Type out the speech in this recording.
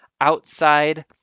outside